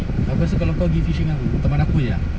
aku rasa kalau kau pergi fishing dengan aku teman aku jer lah